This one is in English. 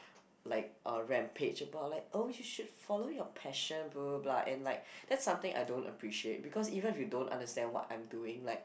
like a rampage about like oh you should follow your passion blah blah blah and like that's something I don't appreciate because even if you don't understand what I'm doing like